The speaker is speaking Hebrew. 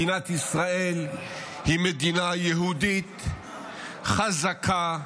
מדינת ישראל היא מדינה יהודית חזקה,